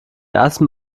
ersten